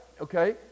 okay